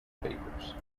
papers